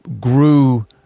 grew